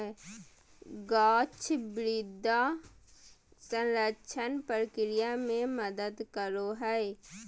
गाछ मृदा संरक्षण प्रक्रिया मे मदद करो हय